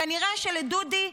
כנראה שדודי,